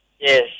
Yes